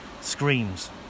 screams